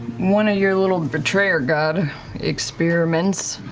one of your little betrayer god experiments,